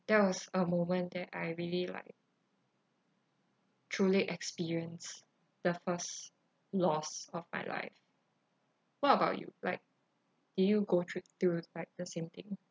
that was a moment that I really like truly experience the first loss of my life what about you like did you go through to like the same thing